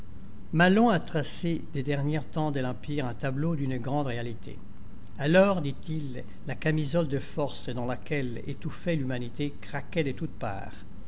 malon a tracé des derniers temps de l'empire un tableau d'une grande réalité alors dit-il la camisole de force dans laquelle étouffait l'humanité craquait de toutes parts